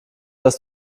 dass